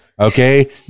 Okay